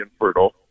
infertile